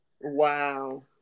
Wow